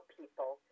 people